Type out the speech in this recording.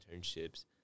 internships